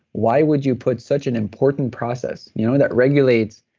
why would you put such an important process you know and that regulates